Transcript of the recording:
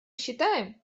считаем